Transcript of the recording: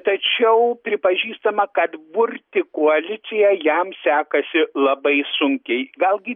tačiau pripažįstama kad burti koaliciją jam sekasi labai sunkiai gal gi